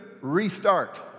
restart